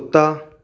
कुत्ता